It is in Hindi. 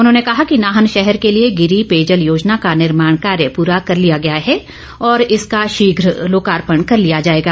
उन्होंने कहा कि नाहन शहर के लिए गिरी पेयजल योजना का निर्माण कार्य पूरा कर लिया गया है और इसका शीघ्र लोकार्षण कर लिया जाएगा